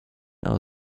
our